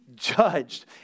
Judged